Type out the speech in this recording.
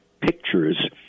pictures